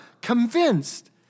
Convinced